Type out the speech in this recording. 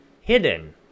hidden